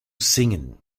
singen